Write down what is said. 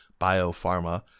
BioPharma